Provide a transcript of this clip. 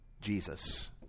Jesus